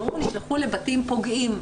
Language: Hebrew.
שנסגרו ונשלחו לבתים פוגעים,